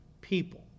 people